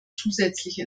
zusätzliche